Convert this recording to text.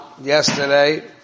yesterday